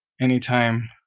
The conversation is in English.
anytime